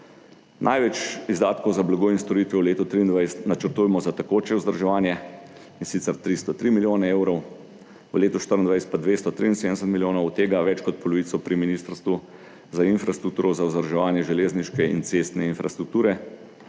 Največ izdatkov za blago in storitve v letu 2023 načrtujemo za tekoče vzdrževanje, in sicer 303 milijone evrov, v letu 2024 pa 273 milijonov, od tega več kot polovico pri Ministrstvu za infrastrukturo za vzdrževanje železniške in cestne infrastrukture.